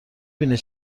بینی